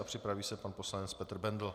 Připraví se pan poslanec Petr Bendl.